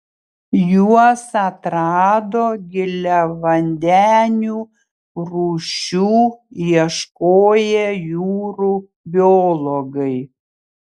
juos atrado giliavandenių rūšių ieškoję jūrų biologai